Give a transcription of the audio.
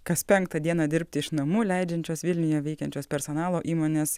kas penktą dieną dirbti iš namų leidžiančios vilniuje veikiančios personalo įmonės